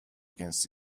against